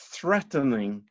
Threatening